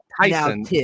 Tyson